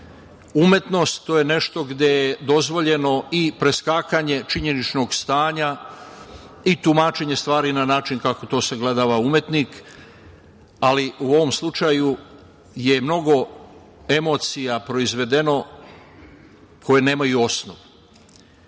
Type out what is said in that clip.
umetnost, to je nešto gde je dozvoljeno i preskakanje činjeničnog stanja i tumačenje stvari na način kako to sagledava umetnik, ali u ovom slučaju je mnogo emocija proizvedeno koje nemaju osnov.O